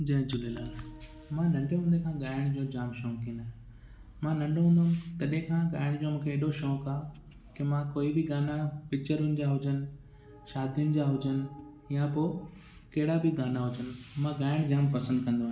जय झूलेलाल मां नंढे हूंदे खां ॻाइण जो जामु शौक़ीन आहियां मां नंढो हूंदो होमि तॾहिं खां ॻाइण जो मूंखे एॾो शौक़ु आहे की मां कोई बि गाना पिक्चरुनि जा हुजनि शादियुनि जा हुजनि या पोइ कहिड़ा बि गाना हुजनि मां ॻाइणु ज़रूरु पसंदि कंदो आहियां